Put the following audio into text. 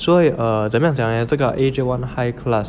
所以 err 怎么样讲 leh 这个 S_J one high class